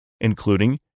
including